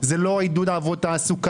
זה לא עידוד תעסוקה,